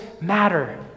matter